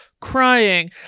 crying